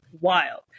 wild